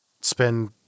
spend